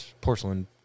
Porcelain